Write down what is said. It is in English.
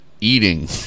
Eating